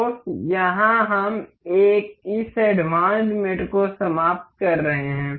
तो यहाँ हम इस एडवांस्ड मेट को समाप्त कर रहे हैं